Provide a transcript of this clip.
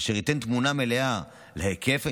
אשר ייתן תמונה מלאה להיקף ההתאבדויות,